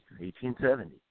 1870